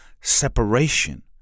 separation